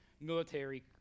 military